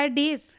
days